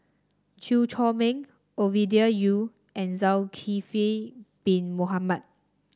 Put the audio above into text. Chew Chor Meng Ovidia Yu and Zulkifli Bin Mohamed